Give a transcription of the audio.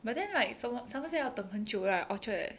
but then like som~ somerset 要等很久 right orchard